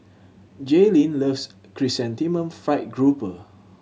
Jaylin loves Chrysanthemum Fried Grouper